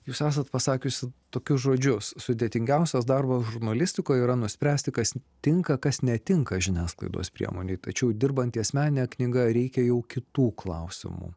jūs esat pasakiusi tokius žodžius sudėtingiausias darbas žurnalistikoj yra nuspręsti kas tinka kas netinka žiniasklaidos priemonei tačiau dirbant ties mene knyga reikia jau kitų klausimų